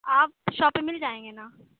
آپ شاپ پہ مل جائیں گے نا